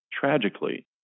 tragically